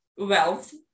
wealth